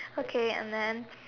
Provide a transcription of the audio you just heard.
okay and then